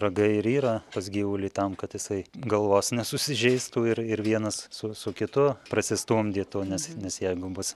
ragai ir yra pas gyvulį tam kad jisai galvos nesusižeistų ir ir vienas su su kitu prasistumdytų nes nes jeigu bus